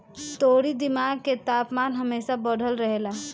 तोहरी दिमाग के तापमान हमेशा बढ़ल रहेला